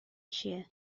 چیه